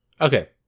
Okay